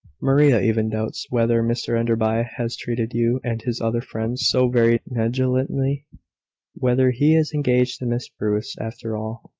maria even doubts whether mr enderby has treated you and his other friends so very negligently whether he is engaged to miss bruce, after all.